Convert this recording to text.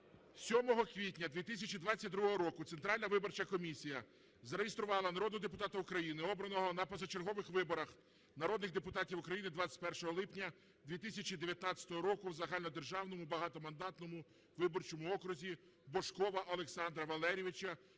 7 квітня 2022 року Центральна виборча комісія зареєструвала народного депутата України, обраного на позачергових виборах народних депутатів України 21 липня 2019 року в загальнодержавному багатомандатному виборчому окрузі Божкова Олександра Валерійовича,